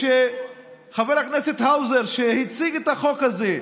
כשחבר הכנסת האוזר, שהציג את החוק הזה,